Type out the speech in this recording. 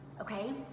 Okay